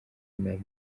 nama